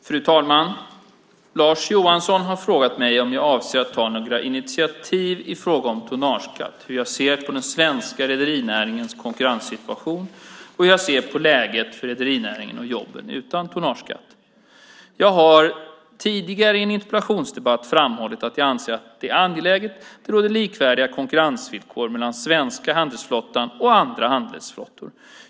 Fru talman! Lars Johansson har frågat mig om jag avser att ta några initiativ i fråga om tonnageskatt, hur jag ser på den svenska rederinäringens konkurrenssituation och hur jag ser på läget för rederinäringen och jobben utan tonnageskatt. Jag har tidigare i en interpellationsdebatt framhållit att jag anser det angeläget att det råder likvärdiga konkurrensvillkor mellan den svenska handelsflottan och andra handelsflottor.